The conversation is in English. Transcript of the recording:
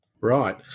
Right